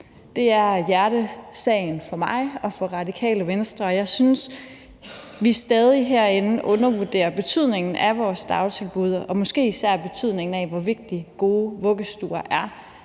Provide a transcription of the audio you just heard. Det er hjertesagen for mig og for Radikale Venstre, og jeg synes, at vi stadig herinde undervurderer betydningen af vores dagtilbud og måske især betydningen af, hvor vigtige gode vuggestuer er.